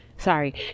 Sorry